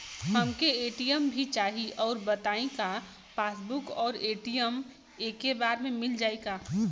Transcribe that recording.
हमके ए.टी.एम भी चाही राउर बताई का पासबुक और ए.टी.एम एके बार में मील जाई का?